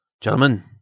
gentlemen